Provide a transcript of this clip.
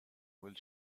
bhfuil